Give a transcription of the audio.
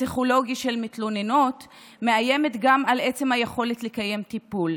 הפסיכולוגי של מתלוננות מאיימת גם על עצם היכולת לקיים טיפול.